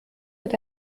wird